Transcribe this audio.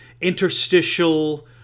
interstitial